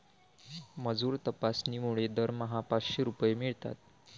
मजूर तपासणीमुळे दरमहा पाचशे रुपये मिळतात